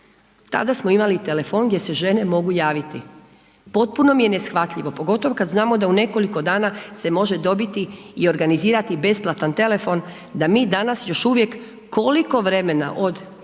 tada smo imali telefon gdje se žene mogu javiti. Potpuno mi je neshvatljivo pogotovo kad znamo da u nekoliko dana se može dobiti i organizirati besplatan telefon, da mi danas još uvijek koliko vremena od